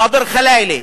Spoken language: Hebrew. ח'דר ח'לאילה,